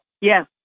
Yes